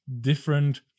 different